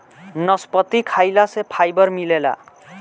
नसपति खाइला से फाइबर मिलेला